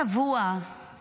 אני יכולה לשאול אותך מה קורה.